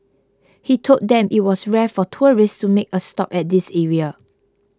he told them it was rare for tourists to make a stop at this area